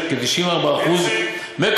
של כ-94% איציק.